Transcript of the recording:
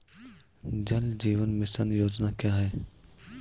जल जीवन मिशन योजना क्या है?